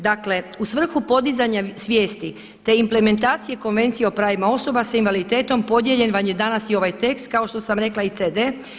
Dakle u svrhu podizanja svijesti te implementacije Konvencije o pravima osoba s invaliditetom podijeljen vam je danas i ovaj tekst kao što sam rekla i CD.